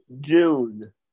June